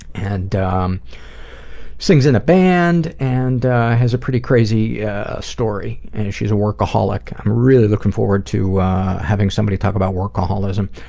and she um sings in a band and has a pretty crazy story, and she's a workaholic. i'm really looking forward to having somebody talk about workaholism,